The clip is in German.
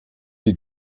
die